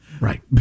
Right